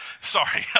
Sorry